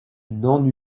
n’en